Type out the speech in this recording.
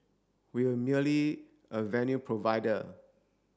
we were merely a venue provider